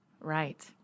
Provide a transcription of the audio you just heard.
Right